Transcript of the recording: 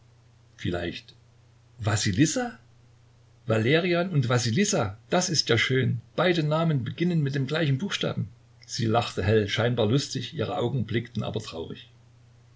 vielleicht wassilissa valerian und wassilissa das ist ja schön beide namen beginnen mit dem gleichen buchstaben sie lachte hell scheinbar lustig ihre augen blickten aber traurig